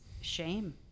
shame